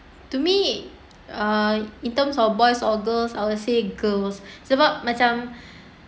to me uh in terms of boys or girls I would say girls sebab macam